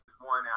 one